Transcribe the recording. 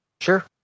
Sure